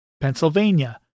Pennsylvania